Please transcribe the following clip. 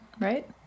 right